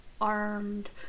armed